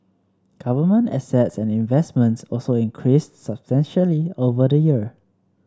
government assets and investments also increased substantially over the year